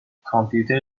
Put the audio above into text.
کامپیوتر